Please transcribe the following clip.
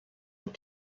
were